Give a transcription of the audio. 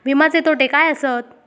विमाचे तोटे काय आसत?